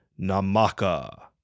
Namaka